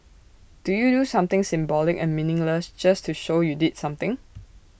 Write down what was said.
do you do something symbolic and meaningless just to show you did something